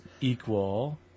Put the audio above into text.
equal